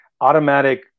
automatic